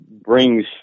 brings